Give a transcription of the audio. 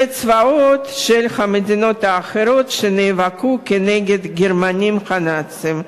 והצבאות של מדינות אחרות שנאבקו בגרמנים הנאצים.